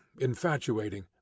infatuating